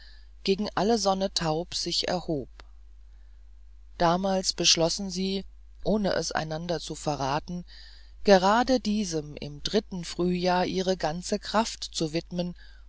gegen alle sonne taub sich erhob damals beschlossen sie ohne es einander zu verraten gerade diesem im dritten frühjahr ihre ganze kraft zu widmen